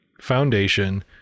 foundation